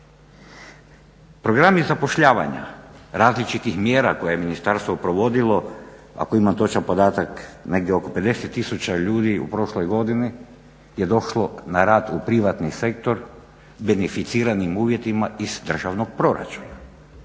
Programi zapošljavanja različitih mjera koje je ministarstvo provodilo, ako imam točan podatak, negdje oko 50 tisuća ljudi u prošloj godini je došlo na rad u privatni sektor, beneficiranim uvjetima iz državnog proračuna.